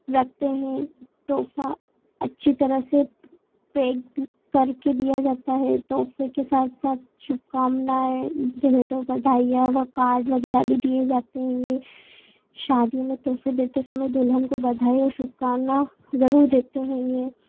रखते हैं तोहफा अच्छी तरह से पैक करके दिया जाता है तोहफे के साथ साथ शुभकामनाएँ ढेरों बधाइयाँ व कार्ड वगैरह भी दिए जाते हेंगे शादियों में तोहफे देते समय दुल्हन को बधाई और शुभकामना ज़रूर देते हेंगे